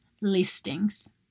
listings